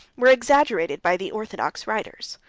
were exaggerated by the orthodox writers.